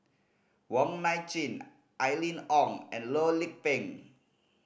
Wong Nai Chin Aline Wong and Loh Lik Peng